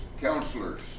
counselors